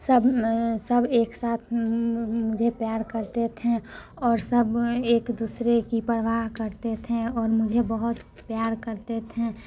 सब सब एक साथ मुझे प्यार करते थे और सब एक दूसरे की परवाह करते थे और मुझे बहुत प्यार करते थे